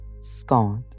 Scott